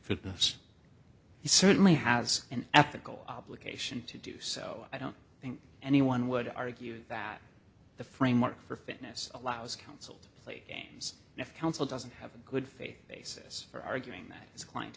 fitness he certainly has an ethical obligation to do so i don't think anyone would argue that the framework for fitness allows counsel to play games and if counsel doesn't have a good faith basis for arguing that